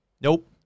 Nope